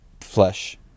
flesh